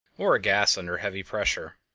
or a gas under heavy pressure.